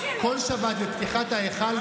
בפתיחת ההיכל,